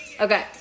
Okay